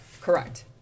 Correct